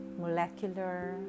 molecular